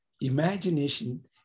imagination